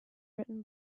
written